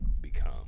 become